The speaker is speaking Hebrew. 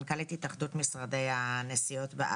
התאחדות משרדי הנסיעות ויועצי התיירות,